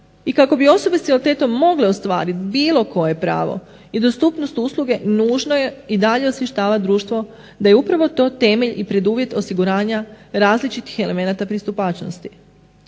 i kako bi osobe s invaliditetom mogle ostvariti bilo koje pravo i dostupnost usluge nožno je i dalje osvještavati društvo da je upravo to temelj i preduvjet osiguranja različitih elemenata pristupačnosti.